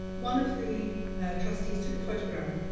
one of the trustees took a photograph,